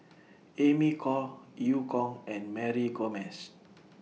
Amy Khor EU Kong and Mary Gomes